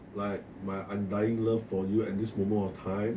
like my undying love for you at this moment of time